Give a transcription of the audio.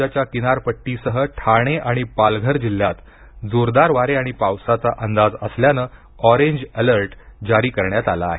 राज्याच्या किनारपट्टीसह ठाणे आणि पालघर जिल्ह्यात जोरदार वारे आणि पावसाचा अंदाज असल्यानं ऑरेंज अलर्ट जारी करण्यात आला आहे